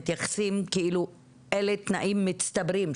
מתייחסים כאילו אלה תנאים מצטברים,